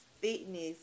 fitness